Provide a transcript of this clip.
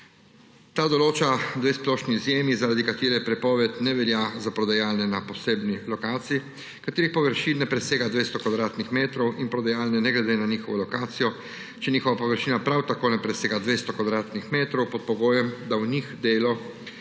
Ta določa dve splošni izjemi, zaradi katere prepoved ne velja za prodajalne na posebni lokaciji, katerih površina ne presega 200 kvadratnih metrov, in prodajalne ne glede na njihovo lokacijo, če njihova površina prav tako ne presega 200 kvadratnih metrov, pod pogojem, da v njih delo